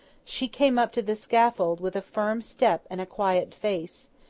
she came up to the scaffold with a firm step and a quiet face,